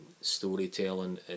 storytelling